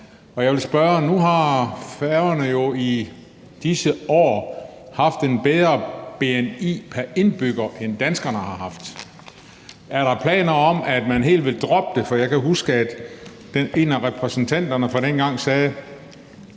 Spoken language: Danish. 600 mio. kr., og nu, hvor Færøerne jo i disse år har haft en bedre bni pr. indbygger, end danskerne har haft, vil jeg spørge: Er der planer om, at man helt vil droppe det? For jeg kan huske, at en af repræsentanterne fra dengang sagde: